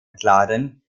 entladen